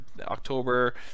October